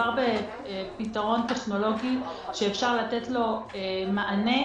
מדובר בפתרון טכנולוגי שאפשר לתת לו מענה.